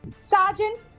Sergeant